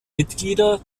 mitglieder